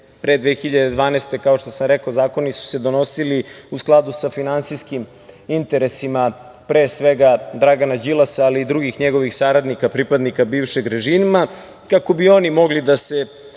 pre 2012. godine, kao što sam rekao, zakoni su se donosili u skladu sa finansijskim interesima, pre svega, Dragana Đilasa, ali i drugih njegovih saradnika, pripadnika bivšeg režima, kako bi oni mogli da se